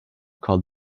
called